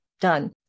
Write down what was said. done